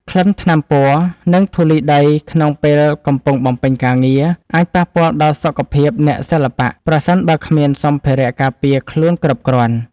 ក្លិនថ្នាំពណ៌ និងធូលីដីក្នុងពេលកំពុងបំពេញការងារ អាចប៉ះពាល់ដល់សុខភាពអ្នកសិល្បៈ ប្រសិនបើគ្មានសម្ភារៈការពារខ្លួនគ្រប់គ្រាន់។